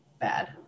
bad